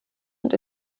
und